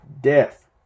death